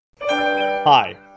Hi